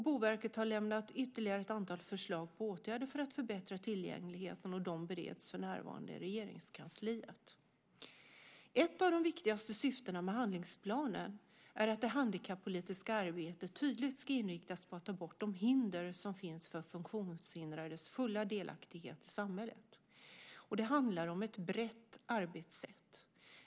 Boverket har lämnat ytterligare ett antal förslag på åtgärder för att förbättra tillgängligheten, och de bereds för närvarande i Regeringskansliet. Ett av de viktigaste syftena med handlingsplanen är att det handikappolitiska arbetet tydligt ska inriktas på att ta bort de hinder som finns för funktionshindrades fulla delaktighet i samhället. Det handlar om ett brett arbetssätt.